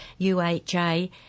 UHA